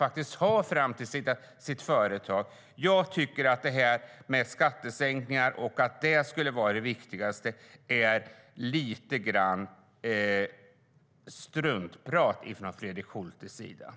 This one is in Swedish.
Att skattesänkningar skulle vara det viktigaste är lite grann struntprat från Fredrik Schultes sida.